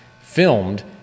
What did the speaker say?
filmed